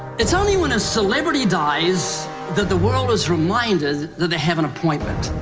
it's only when a celebrity dies that the world is reminded that they have an appointment.